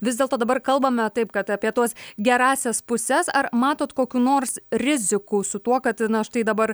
vis dėlto dabar kalbame taip kad apie tuos gerąsias puses ar matot kokių nors rizikų su tuo kad na štai dabar